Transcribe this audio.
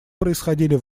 происходили